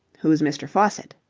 who's mr. faucitt?